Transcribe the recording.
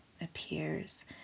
appears